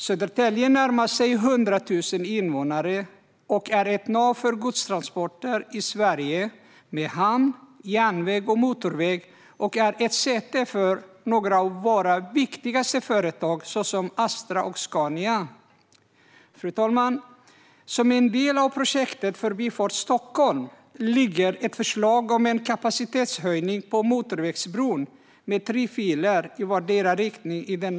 Södertälje närmar sig 100 000 invånare och är ett nav för godstransporter i Sverige, med hamn, järnväg och motorväg. Södertälje är också säte för några av våra viktigaste företag, såsom Astra och Scania. Fru talman! Som en del av projektet Förbifart Stockholm ligger det i den nationella planen ett förslag om en kapacitetshöjning av motorvägsbron med tre filer i vardera riktningen.